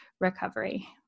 recovery